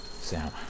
Sam